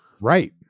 Right